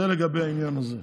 זה לגבי העניין הזה.